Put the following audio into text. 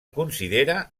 considera